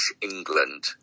England